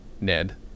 ned